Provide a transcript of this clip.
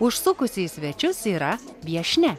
užsukusi į svečius yra viešnia